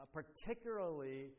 particularly